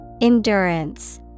Endurance